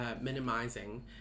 minimizing